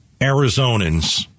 Arizonans